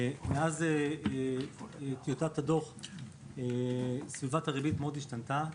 מאז טיוטת הדוח סביבת הריבית מאוד השתנתה,